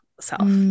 self